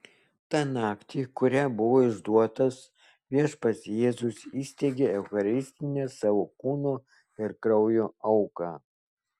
tą naktį kurią buvo išduotas viešpats jėzus įsteigė eucharistinę savo kūno ir kraujo auką